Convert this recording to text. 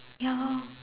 ya lor